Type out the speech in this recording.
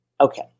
okay